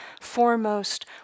foremost